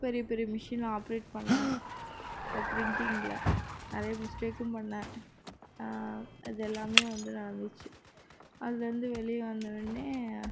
பெரிய பெரிய மிஷினை ஆப்ரேட் பண்ணேன் பிரின்டிங்கில் நிறைய மிஸ்டேக்கும் பண்ணேன் அது எல்லாமே வந்து நடந்துச்சு அதுலேருந்து வெளியே வந்த உடனே